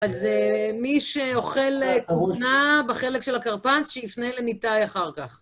אז מי שאוכל כותנה בחלק של הכרפס, שיפנה לניטאי אחר כך.